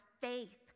faith